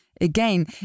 again